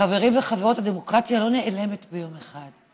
חברים וחברות, הדמוקרטיה לא נעלמת ביום אחד.